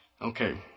okay